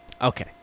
Okay